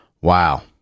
Wow